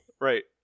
Right